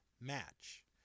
match